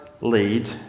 lead